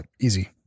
easy